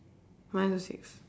mine is six